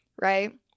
right